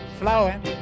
flowing